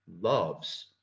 loves